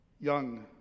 young